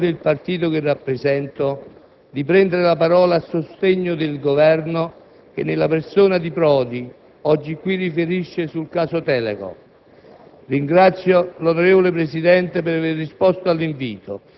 colleghi senatori, sento il dovere, a nome del partito che rappresento, di prendere la parola a sostegno del Governo che, nella persona di Prodi, oggi qui riferisce sul caso Telecom.